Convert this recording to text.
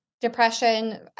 Depression